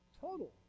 total